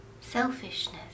Selfishness